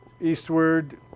Eastward